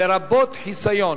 לרבות חיסיון.